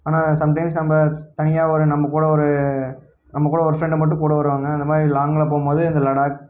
ஆனால் some times நம்ம தனியாக ஒரு நம்மக்கூட ஒரு நம்மக்கூட ஒரு ஃப்ரெண்டு மட்டும் கூட வருவாங்க அந்த மாதிரி லாங்கில் போகும்போது அந்த லடாக்